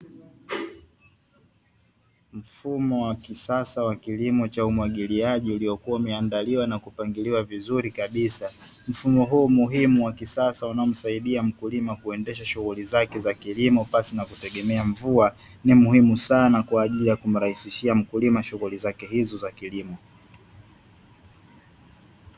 Mfumo wa kisasa wa kilimo cha umwagiliaji uliokuwa umeandaliwa na kupangiliwa vizuri kabisa, mfumo huu muhimu wa kisasa unaomsaidia mkulima kuendesha shughuli zake za kilimo pasi kutegemea mvua ni muhimu sana kwa ajili ya kumrahisishia mkulima shughuli zake hizo za kilimo.